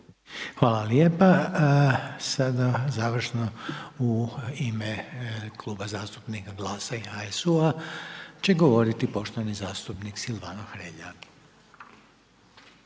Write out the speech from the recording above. Hvala lijepo. Sada završno u ime Kluba zastupnika GLAS-a i HSU-a će govoriti poštovani zastupnik Silvano Hrelja.